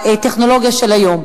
בטכנולוגיה של היום,